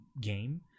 game